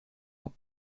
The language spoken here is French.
ans